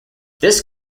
this